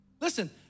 Listen